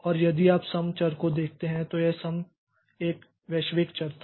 और यदि आप सम चर को देखते हैं तो यह सम एक वैश्विक चर था